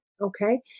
Okay